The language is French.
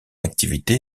activité